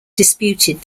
disputed